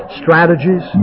strategies